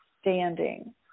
standing